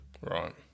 Right